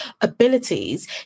abilities